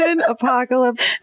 apocalypse